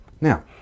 Now